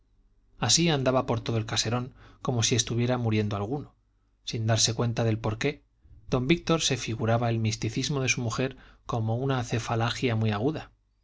así andaba por todo el caserón como si estuviera muriendo alguno sin darse cuenta del porqué don víctor se figuraba el misticismo de su mujer como una cefalalgia muy aguda